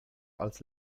als